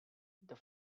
the